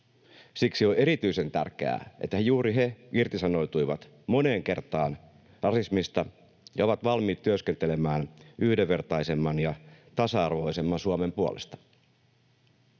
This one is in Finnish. Siksi on erityisen tärkeää, että juuri he irtisanoutuivat moneen kertaan rasismista ja ovat valmiit työskentelemään yhdenvertaisemman ja tasa-arvoisemman Suomen puolesta.